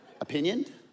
opinion